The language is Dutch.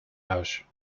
huis